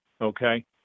okay